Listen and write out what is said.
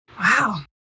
Wow